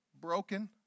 broken